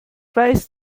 weiß